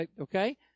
Okay